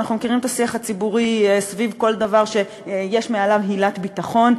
אנחנו מכירים את השיח הציבורי סביב כל דבר שיש מעליו הילת ביטחון,